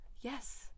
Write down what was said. Yes